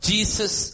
Jesus